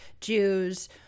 Jews